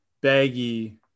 baggy